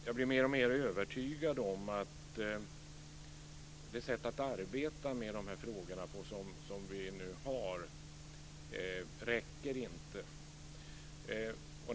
Jag blir mer och mer övertygad om att det sätt att arbeta med de här frågorna som vi har inte räcker.